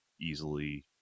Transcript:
easily